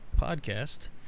podcast